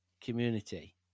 community